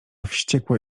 wściekła